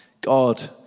God